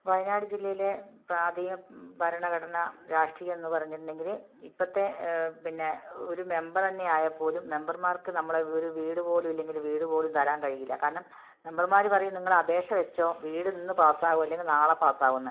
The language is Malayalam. വയനാട് ജില്ലയിലെ ഭരണഘടന രാഷ്ട്രീയമെന്നു പറഞ്ഞിട്ടുണ്ടെങ്കില് ഇപ്പോഴത്തെ പിന്നെ ഒരു മെംബര് തന്നെ ആയാല്പ്പോലും മെംബർമാർക്ക് നമ്മള് ഒരു വീടു പോലും ഇല്ലെങ്കില് വീടു പോലും തരാൻ കഴിയില്ല കാരണം മെംബര്മാര് പറയും നിങ്ങളപേക്ഷ വച്ചോളൂ വീടിന്ന് പാസ്സാവും അല്ലെങ്കില് നാളെ പാസ്സാവുമെന്ന്